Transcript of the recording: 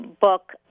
book